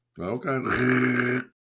Okay